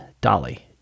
Dolly